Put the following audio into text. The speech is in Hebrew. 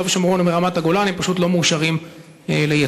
ושומרון ומרמת-הגולן הם פשוט לא מאושרים ליצוא.